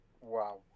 Wow